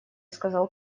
сказал